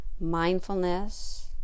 mindfulness